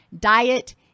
Diet